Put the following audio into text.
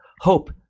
hope